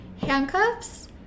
handcuffs